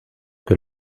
que